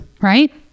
right